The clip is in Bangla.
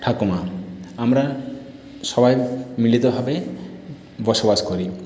ঠাকুমা আমরা সবাই মিলিতভাবে বসবাস করি